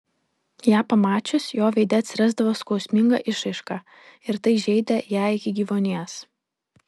ją pamačius jo veide atsirasdavo skausminga išraiška ir tai žeidė ją iki gyvuonies